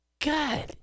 God